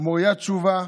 מוריה תשובה